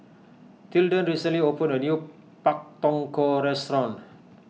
Tilden recently opened a new Pak Thong Ko restaurant